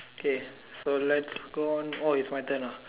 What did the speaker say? okay so let's go on oh it's my turn ah